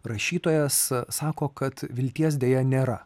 rašytojas sako kad vilties deja nėra